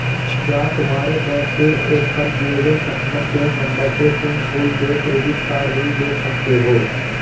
क्या तुम्हारे बैंक के एप पर दिए गए कस्टमर केयर नंबर से तुम कुल देय क्रेडिट कार्डव्यू देख सकते हो?